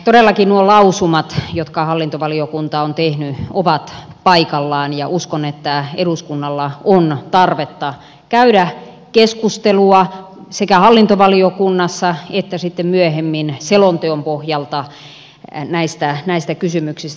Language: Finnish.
todellakin nuo lausumat jotka hallintovaliokunta on tehnyt ovat paikallaan ja uskon että eduskunnalla on tarvetta käydä keskustelua sekä hallintovaliokunnassa että sitten myöhemmin selonteon pohjalta näistä kysymyksistä